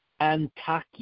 Antakya